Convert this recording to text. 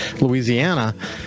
Louisiana